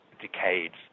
decades